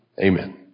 Amen